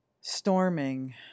Storming